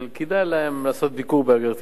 כדאי להם לעשות ביקור בארגנטינה,